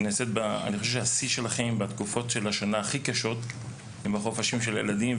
אני חושב שהשיא שלכם בתקופות הכי קשות של השנה הן בחופשים של הילדים,